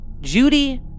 judy